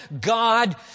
God